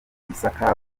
gisaka